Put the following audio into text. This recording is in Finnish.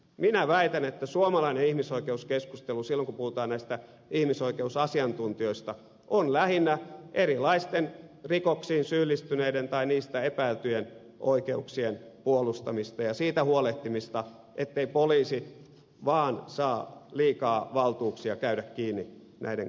minä väitän että suomalainen ihmisoikeuskeskustelu silloin kun puhutaan näistä ihmisoikeusasiantuntijoista on lähinnä erilaisten rikoksiin syyllistyneiden tai niistä epäiltyjen oikeuksien puolustamista ja siitä huolehtimista ettei poliisi vaan saa liikaa valtuuksia käydä kiinni näiden konnien asioihin